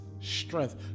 strength